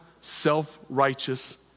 self-righteous